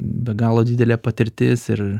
be galo didelė patirtis ir